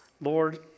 Lord